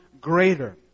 greater